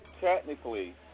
Technically